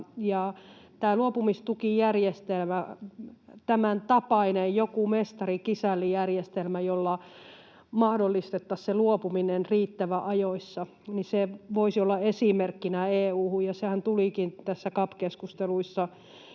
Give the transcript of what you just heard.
luopumistukijärjestelmä — joku tämäntapainen mestari—kisälli-järjestelmä, jolla mahdollistettaisiin luopuminen riittävän ajoissa — voisi olla esimerkkinä EU:hun. Sehän olikin tässä CAP-keskusteluissa